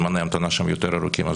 זמני ההמתנה שם יותר ארוכים,